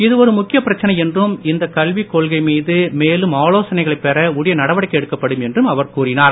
இது ஒரு முக்கியப் பிரச்சனை என்றும் இந்த கல்விக் கொள்கை மீது மேலும் ஆலோசனைகளைப் பெற உரிய நடவடிக்கை எடுக்கப்படும் என்றும் அவர் கூறினார்